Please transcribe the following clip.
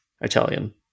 Italian